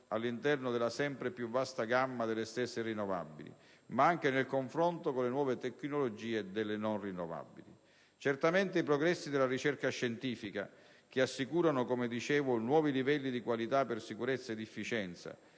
all'interno della sempre più vasta gamma delle stesse rinnovabili, ma anche sul confronto con le nuove tecnologie delle non rinnovabili. Certamente, i progressi della ricerca scientifica, che assicurano - come dicevo - nuovi livelli di qualità per sicurezza ed efficienza,